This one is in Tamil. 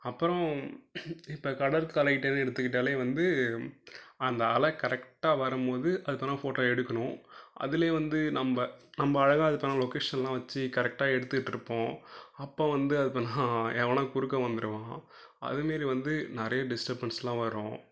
அப்புறம் இப்போ கடற்கரைக்கிட்டேருந்து எடுத்துக்கிட்டாலே வந்து அந்த அலை கரெக்டாக வரும் போது அப்போதான் ஃபோட்டோ எடுக்கணும் அதுலேயே வந்து நம்ப நம்ப அழகாக அதுக்கான லொக்கேஷன்லாம் வச்சு கரெக்டாக எடுத்துக்கிட்டிருப்போம் அப்போது வந்து அப்போ தான் எவனோ குறுக்கே வந்துவிடுவான் அதுமாரி வந்து நிறைய டிஸ்டபன்ஸ்லாம் வரும்